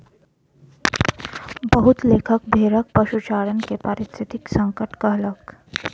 बहुत लेखक भेड़क पशुचारण के पारिस्थितिक संकट कहलक